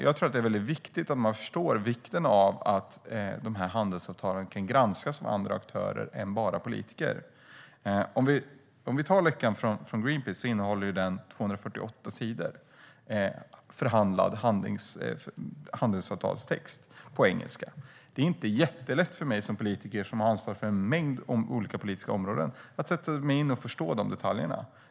Jag tror att det är väldigt viktigt att man förstår vikten av att handelsavtalen kan granskas av andra aktörer än politiker. Läckan från Greenpeace innehåller 248 sidor förhandlad handelsavtalstext på engelska. Det är inte jättelätt för mig som politiker, med ansvar för en mängd olika politiska områden, att sätta mig in i och förstå detaljerna.